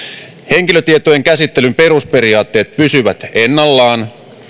henkilötietojen käsittelyn perusperiaatteet pysyvät ennallaan